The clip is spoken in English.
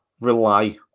rely